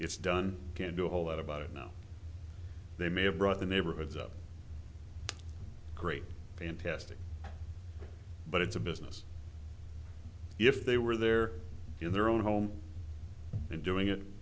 it's done can't do a whole lot about it now they may have brought the neighborhoods up great fantastic but it's a business if they were there in their own home and doing